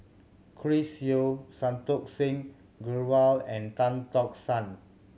Chris Yeo Santokh Singh Grewal and Tan Tock San